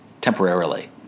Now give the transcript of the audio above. temporarily